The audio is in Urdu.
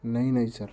نہیں نہیں سر